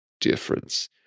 difference